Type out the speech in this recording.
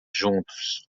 juntos